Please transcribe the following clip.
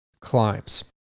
climbs